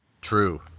true